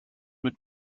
mit